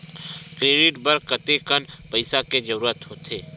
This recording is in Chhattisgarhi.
क्रेडिट बर कतेकन पईसा के जरूरत होथे?